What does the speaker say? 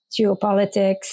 geopolitics